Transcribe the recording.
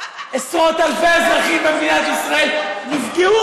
עשרות אלפי אזרחים במדינת ישראל נפגעו